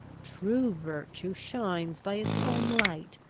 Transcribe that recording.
true virtue shines by its own light,